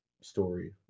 story